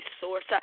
source